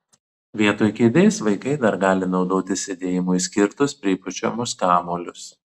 vietoj kėdės vaikai dar gali naudoti sėdėjimui skirtus pripučiamus kamuolius